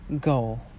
go